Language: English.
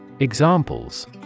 Examples